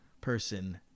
person